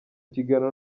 kiganiro